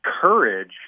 courage